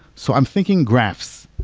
so i'm thinking graphs.